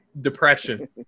depression